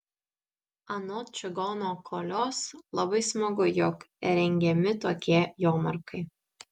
anot čigono kolios labai smagu jog rengiami tokie jomarkai